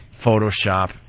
Photoshop